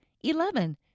eleven